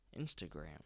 Instagram